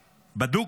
בדוק,